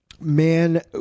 man